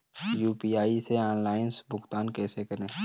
UPI से online भुगतान कैसे करें?